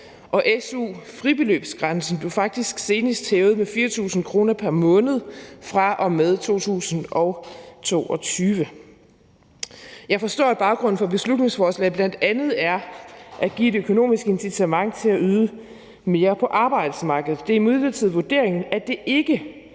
og su-fribeløbsgrænsen blev faktisk senest hævet med 4.000 kr. pr. måned fra og med 2022. Jeg forstår, at baggrunden for beslutningsforslaget bl.a. er, at man vil give et økonomisk incitament til at yde mere på arbejdsmarkedet. Det er imidlertid vurderingen, at der ikke